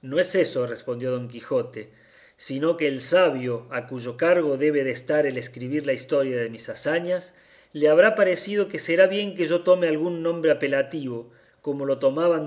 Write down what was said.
no es eso respondió don quijote sino que el sabio a cuyo cargo debe de estar el escribir la historia de mis hazañas le habrá parecido que será bien que yo tome algún nombre apelativo como lo tomaban